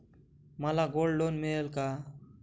मला gold loan मिळेल का?